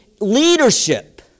leadership